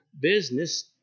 business